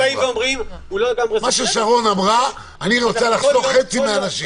מה ששרון אמרה אני רוצה לחסוך חצי מהאנשים,